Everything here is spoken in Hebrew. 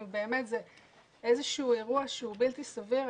זה אירוע שהוא בלתי סביר.